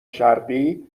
شرقی